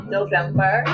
November